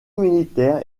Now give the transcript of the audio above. militaire